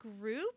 group